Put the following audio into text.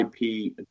ip